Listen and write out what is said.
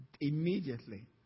Immediately